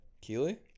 Keely